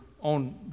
on